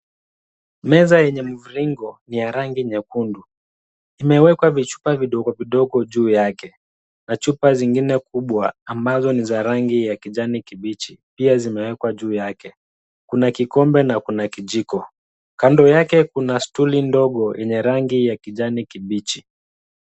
Meza yenye mviringo ni ya rangi nyekundu imewekwa vichupa vidogo vidogo juu yake na chupa zingine kubwa ambazo ni za rangi ya kijani kibichi pia zimewekwa juu yake. Kuna kikombe na kuna kijiko, kando yake kuna stuli ndogo yenye rangi ya kijani kibichi.